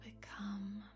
become